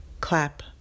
clap